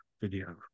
video